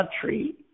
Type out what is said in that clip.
country